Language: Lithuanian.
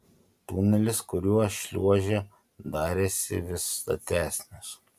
tunelis kuriuo šliuožė darėsi vis statesnis